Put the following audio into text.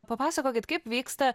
papasakokit kaip vyksta